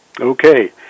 Okay